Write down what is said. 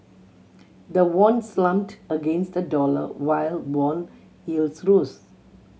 the won slumped against the dollar while bond yields rose